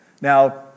Now